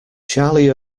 charlie